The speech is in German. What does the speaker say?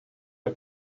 der